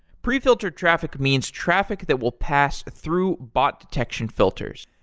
pre filtered traffic means traffic that will pass through bot detection filters.